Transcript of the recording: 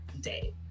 day